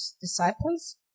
disciples